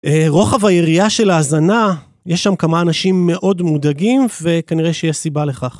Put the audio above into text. רוחב היריעה של ההאזנה, יש שם כמה אנשים מאוד מודאגים וכנראה שיש סיבה לכך.